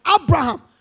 Abraham